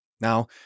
Now